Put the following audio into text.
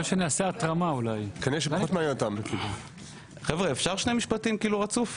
חבר'ה, אפשר שני משפטים רצוף?